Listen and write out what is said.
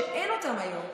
שאין אותן היום,